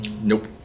Nope